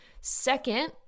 second